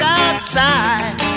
outside